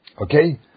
Okay